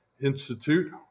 Institute